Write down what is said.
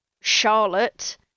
charlotte